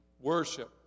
worship